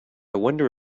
wonder